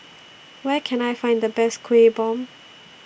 Where Can I Find The Best Kueh Bom